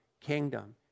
kingdom